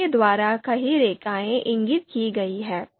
इसके द्वारा कई रेखाएँ इंगित की गई हैं